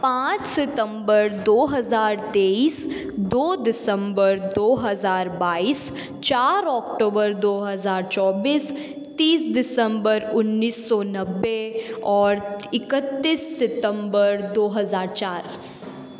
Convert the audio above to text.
पाँच सितम्बर दो हजार तेईस दो दिसंबर दो हजार बाईस चार अक्टूबर दो हजार चौबीस तीस दिसंबर उन्नीस सौ नब्बे और इक्कतीस सितम्बर दो हजार चार